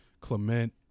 Clement